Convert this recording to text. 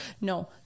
No